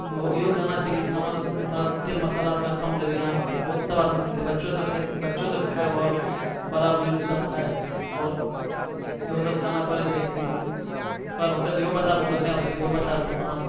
इहो कहना छै कि नमक थोड़ा तेल मसाला थोड़ा कम देबै यहाँ बहुत सब आदमी खेतै बच्चो सब खाय आओर बड़ा बुजुर्ग सब खाय आओर इहो सब कहना पड़ै छै कि कल होतै तऽ इहो बताबु अगर नहि होतै तऽ इहो बताबु अहाँ